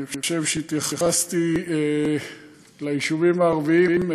אני חושב שהתייחסתי ליישובים הערביים,